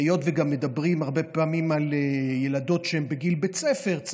והיות שגם מדברים הרבה פעמים על ילדות בגיל בית ספר,